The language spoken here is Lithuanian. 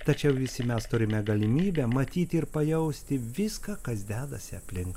tačiau visi mes turime galimybę matyti ir pajausti viską kas dedasi aplink